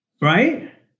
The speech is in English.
Right